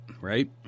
right